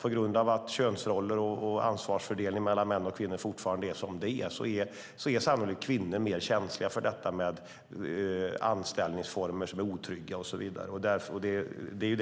På grund av att könsroller och ansvarsfördelning mellan män och kvinnor fortfarande ser ut som de gör är kvinnor sannolikt mer känsliga för otrygga anställningsformer. Det är